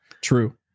True